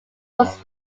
was